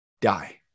die